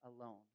alone